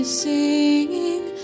singing